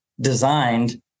designed